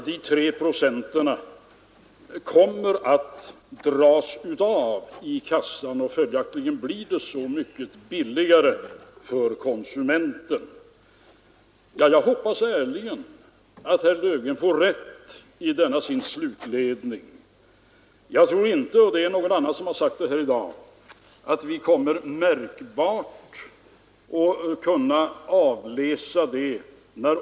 Det är möjligt att vi nu kan avläsa en vändning i konsumenternas sparbenägenhet eller i varje fall en stabilisering härav, varför inkomstökningar kan ta sig uttryck i en konsumtionsök ning.